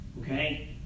okay